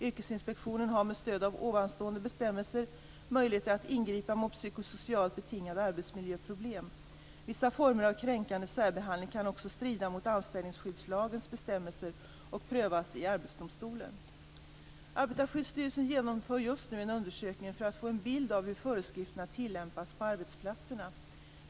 Yrkesinspektionen har med stöd av ovanstående bestämmelser möjlighet att ingripa mot psykosocialt betingade arbetsmiljöproblem. Vissa former av kränkande särbehandling kan också strida mot anställningsskyddslagens bestämmelser och prövas i Arbetsdomstolen. Arbetarskyddsstyrelsen genomför just nu en undersökning för att få en bild av hur föreskrifterna tillämpas på arbetsplatserna.